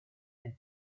and